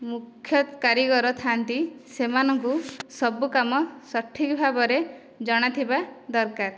ମୁଖ୍ୟ କାରିଗର ଥାଆନ୍ତି ସେମାନଙ୍କୁ ସବୁ କାମ ସଠିକ ଭାବରେ ଜଣାଥିବା ଦରକାର